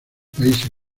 países